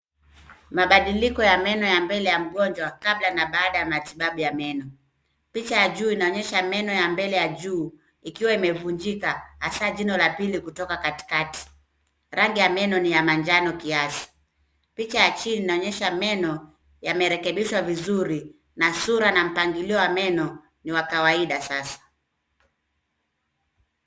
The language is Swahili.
Mabadiliko ya meno ya mbele ya mgonjwa kabla na baada ya matibabu ya meno. Picha ya juu inaonyesha meno ya mbele ya juu ikiwa imevunjika hasa jino ya pili kutoka katikati. Rangi ya meno ni ya manjano kiasi. Picha ya chini inaonyesha meno yamerekebishwa vizuri na sura na mpangilio wa meno ni wa kawaida sasa.